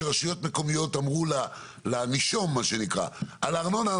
שרשויות מקומיות אמרו לנישום שהן מוותרות לו על הארנונה,